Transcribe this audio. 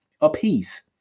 apiece